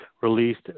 released